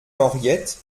henriette